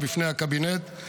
בפני הקבינט,